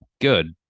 good